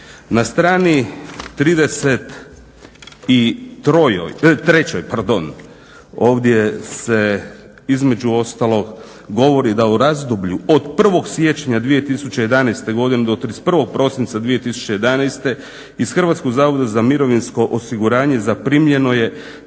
Na strani 33. ovdje se između ostalog govori da u razdoblju od 1. siječnja 2011. godine do 31. prosinca 2011. iz Hrvatskog zavoda za mirovinsko osiguranje zaprimljeno je